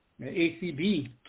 ACB